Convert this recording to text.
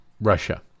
Russia